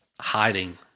hiding